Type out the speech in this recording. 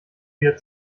wieder